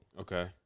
Okay